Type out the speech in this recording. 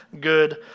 good